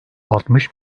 altmış